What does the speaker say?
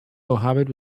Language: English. mohammad